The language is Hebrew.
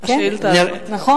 השאילתא הזאת.